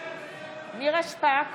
נירה שפק,